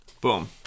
Boom